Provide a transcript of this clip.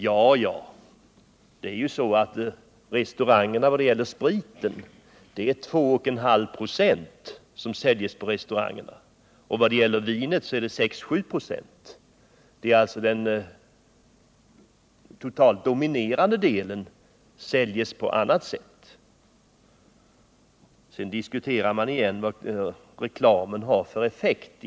Ja, men när det gäller sprit är det bara 2,5 96 som säljs på restaurang och när det gäller vin är det 6-7 96. Den totalt dominerande andelen säljs alltså på annat sätt. Det diskuteras igen vad reklamen egentligen har för effekt.